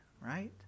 right